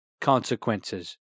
consequences